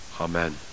Amen